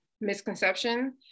misconception